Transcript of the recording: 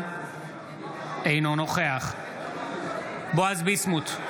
אינו נוכח בועז ביסמוט,